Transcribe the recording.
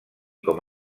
com